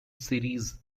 series